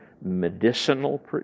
medicinal